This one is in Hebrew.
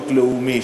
שירות לאומי,